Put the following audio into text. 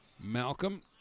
Malcolm